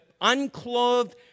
unclothed